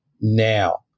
now